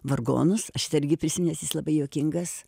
vargonus šitą irgi prisiminęs jis labai juokingas